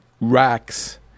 racks